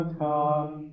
come